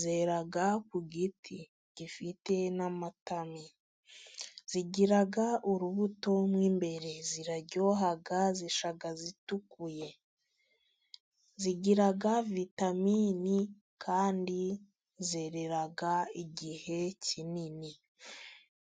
zera ku giti gifite n'amatami, zigira urubuto rumwe mo imbere, ziraryoha, zishya zitukuye, zigira vitaminini kandi zerera igihe kinini.